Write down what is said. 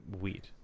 wheat